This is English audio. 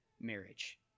marriage